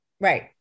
Right